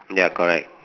ya correct